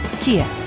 Kia